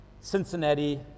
Cincinnati